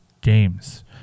games